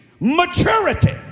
maturity